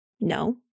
No